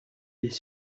les